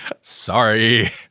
Sorry